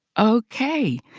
okay.